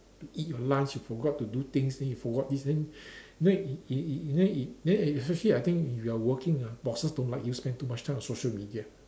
to eat your lunch you forgot to do things then you forgot this then if if if if then if then if especially if you are working ah bosses don't like you spend too much time on social media